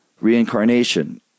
reincarnation